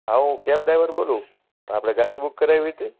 હા હું cab driver બોલું આપણે ગાડી બૂક કરાવી તી